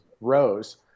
rose